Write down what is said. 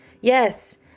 Yes